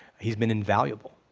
he's been invaluable.